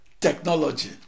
technology